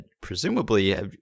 Presumably